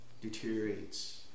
deteriorates